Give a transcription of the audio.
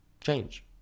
change